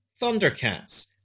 Thundercats